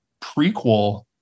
prequel